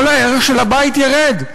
כל הערך של הבית ירד.